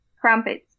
crumpets